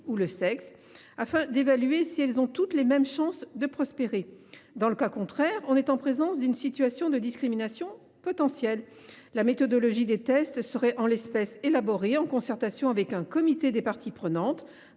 exemple – afin d’évaluer si elles ont toutes les mêmes chances de prospérer. Si tel n’est pas le cas, on est en présence d’une situation de discrimination potentielle. La méthodologie des tests serait élaborée en concertation avec un comité des parties prenantes,